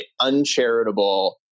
uncharitable